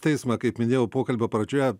teismą kaip minėjau pokalbio pradžioje